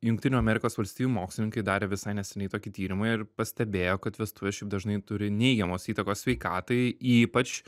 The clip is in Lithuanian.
jungtinių amerikos valstijų mokslininkai darė visai neseniai tokį tyrimą ir pastebėjo kad vestuvės šiaip dažnai turi neigiamos įtakos sveikatai ypač